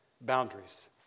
boundaries